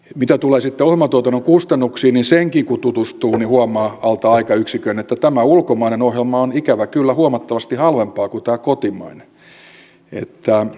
mitä tulee sitten ohjelmatuotannon kustannuksiin niin siihenkin kun tutustuu niin huomaa alta aikayksikön että ulkomainen ohjelma on ikävä kyllä huomattavasti halvempaa kuin tämä kotimainen